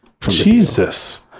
Jesus